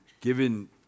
given